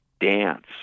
dance